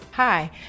Hi